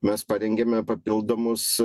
mes parengėme papildomus